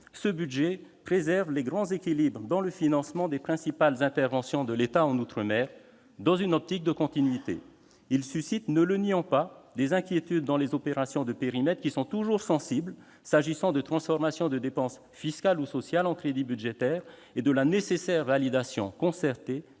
ce budget préserve les grands équilibres dans le financement des principales interventions de l'État en outre-mer, dans une optique de continuité. Il suscite, ne le nions pas, des inquiétudes, notamment en ce qui concerne les opérations de périmètre, lesquelles sont toujours sensibles, s'agissant de la transformation de dépenses fiscales ou sociales en crédits budgétaires et de la nécessaire validation concertée